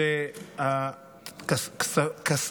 כמובן,